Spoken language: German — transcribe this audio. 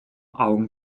augen